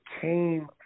came